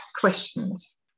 questions